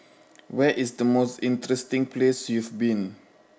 where is the most interesting place you've been